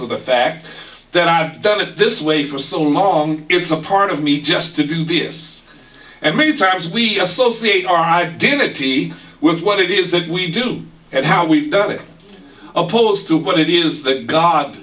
of the fact that i've done it this way for so long it's a part of me just to do this and many times we associate our identity with what it is that we do and how we've done it opposed to what it is